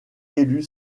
élu